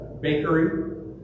bakery